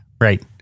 right